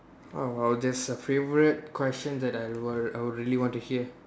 oh !wow! there's a favorite question that I would I would really want to hear